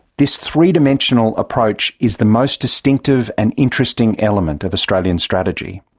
this three-dimensional approach is the most distinctive and interesting element of australian strategy.